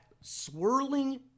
swirling